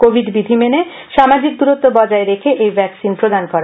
Covid বিধি মেনে সামাজিক দরত্ব বজায় রেখে এই ভ্যাকসিন প্রদান করা হয়